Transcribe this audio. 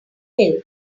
milk